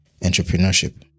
entrepreneurship